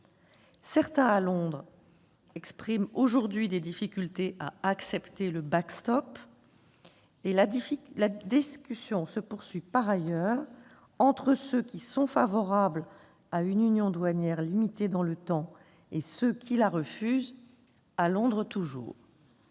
certains expriment aujourd'hui des difficultés à accepter le ; la discussion se poursuit par ailleurs entre ceux qui sont favorables à une union douanière limitée dans le temps et ceux qui la refusent. Mme May sera